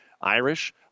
Irish